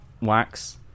wax